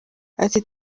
ati